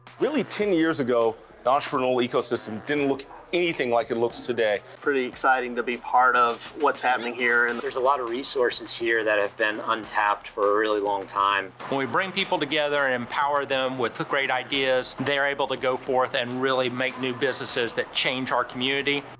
really ten years ago, the entrepreneurial ecosystem didn't look anything like it looks today. pretty exciting to be part of what's happening here and there's a lot of resources here that have been untapped for a really long time. when we bring people together and empower them, with the great ideas, they're able to go forth and really make new businesses that change our community.